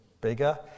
bigger